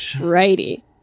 righty